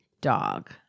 dog